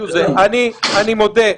אני מודה.